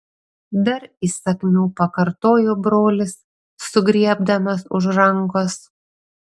dar įsakmiau pakartojo brolis sugriebdamas už rankos